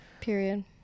Period